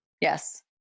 Yes